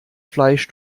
fleisch